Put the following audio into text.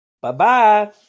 Bye-bye